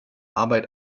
arbeit